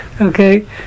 okay